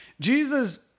Jesus